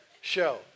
show